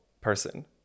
person